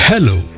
Hello